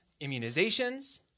immunizations